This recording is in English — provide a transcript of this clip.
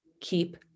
keep